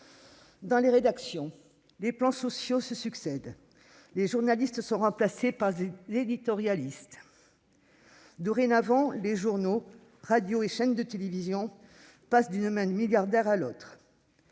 Dans les rédactions, les plans sociaux se succèdent et les journalistes sont remplacés par des éditorialistes. Dorénavant, les journaux, radios et chaînes de télévision passent de main en main d'un milliardaire à un autre.